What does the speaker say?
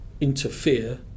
interfere